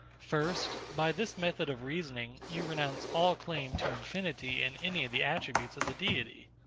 first, by this method of reasoning, you renounce all claim to infinity in any of the attributes of the deity.